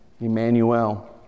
Emmanuel